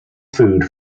food